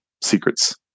secrets